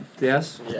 Yes